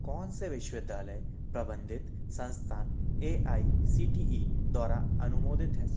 कौन से विश्वविद्यालय प्रबंधित संस्थान A I C T E द्वारा अनुमोदित हैं